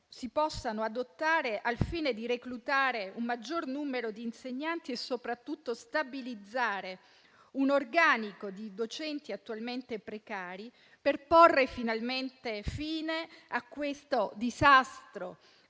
si possano adottare al fine di reclutare un maggior numero di insegnanti e soprattutto stabilizzare un organico di docenti attualmente precari per porre finalmente fine al disastro